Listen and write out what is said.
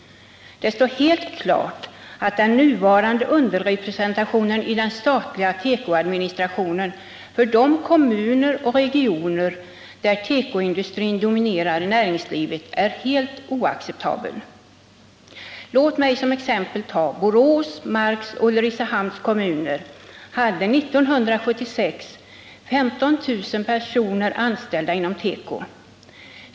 Det står helt klart att den nuvarande underrepresentationen i den statliga tekoadministrationen för de kommuner och regioner där tekoindustrin dominerar näringslivet är helt oacceptabel. Låt mig ta ett exempel. Borås, Marks och Ulricehamns kommuner hade år 1976 15 000 personer anställda inom tekoindustrin.